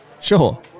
Sure